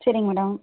சரிங்க மேடம்